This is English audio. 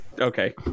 Okay